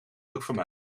vermijden